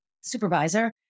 supervisor